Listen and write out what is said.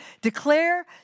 declare